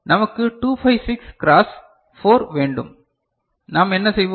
நமக்கு 256 க்ராஸ் 4 வேண்டும் நாம் என்ன செய்வோம்